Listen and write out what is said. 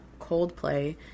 Coldplay